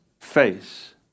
face